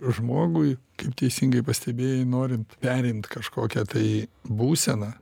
žmogui kaip teisingai pastebėjai norint perimt kažkokią tai būseną